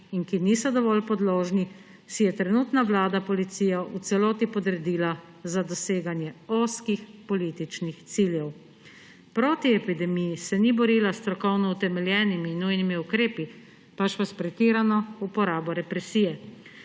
in ki niso dovolj podložni, si je trenutna vlada policijo v celoti podredila za doseganje ozkih političnih ciljev. Proti epidemiji se ni borila s strokovno utemeljenimi in nujnimi ukrepi, pač pa s pretirano uporabo represije.